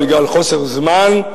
בגלל חוסר זמן,